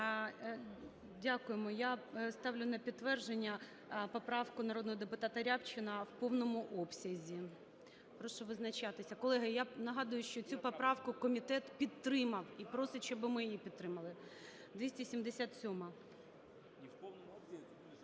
Дякуємо. Я ставлю на підтвердження поправку народного депутата Рябчина в повному обсязі. Прошу визначатися. Колеги, я нагадую, що цю поправку комітет підтримав і просить, щоби ми її підтримали – 277-а.